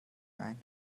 ein